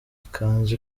ikanzu